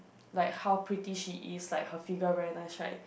like how pretty she is like her figure very nice right